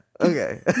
Okay